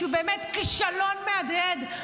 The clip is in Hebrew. שהוא באמת כישלון מהדהד,